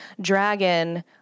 Dragon